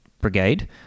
brigade